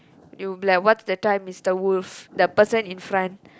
you be like what is the time is the wolf the person in front